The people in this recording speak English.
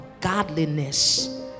godliness